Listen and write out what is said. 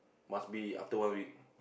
must be after one week